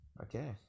Okay